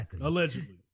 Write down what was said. allegedly